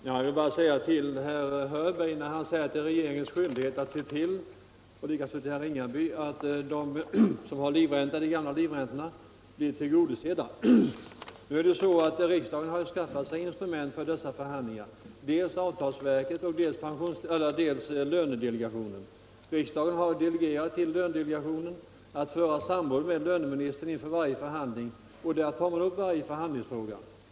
Fru talman! Herr Hörberg säger att regeringen har skyldigheter i det här sammanhanget, och herr Ringaby säger att de som har de gamla livräntorna skall bli tillgodosedda. Riksdagen har skaffat sig instrument för de förhandlingar som skall föras i dessa frågor: dels avtalsverket, dels lönedelegationen. Riksdagen 113 har delegerat till lönedelegationen att samråda med löneministern inför varje förhandling. Där tar man upp varje förhandlingsfråga.